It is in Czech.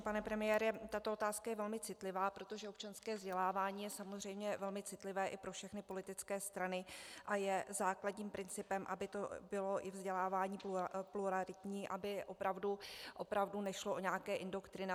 Pane premiére, tato otázka je velmi citlivá, protože občanské vzdělávání je samozřejmě velmi citlivé i pro všechny politické strany a je základním principem, aby to bylo i vzdělávání pluralitní, aby opravdu nešlo o nějaké indoktrinace.